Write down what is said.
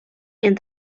and